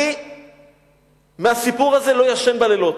אני מהסיפור הזה לא ישן בלילות.